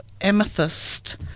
Amethyst